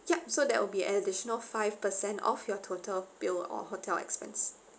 ya so that will be an additional five percent off your total bill or hotel expense